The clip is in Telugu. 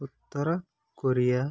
ఉత్తర కొరియా